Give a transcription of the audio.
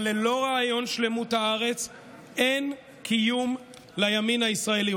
אבל ללא רעיון שלמות הארץ אין קיום לימין הישראלי.